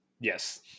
Yes